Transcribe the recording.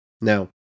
Now